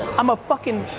i'm a fuckin',